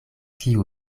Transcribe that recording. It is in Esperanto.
kiu